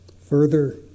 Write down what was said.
further